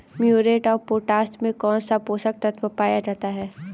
Muriate of potash में कौन सा पोषक तत्व पाया जाता है?